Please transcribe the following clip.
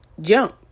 Jump